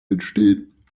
entstehen